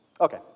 Okay